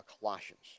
Colossians